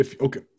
Okay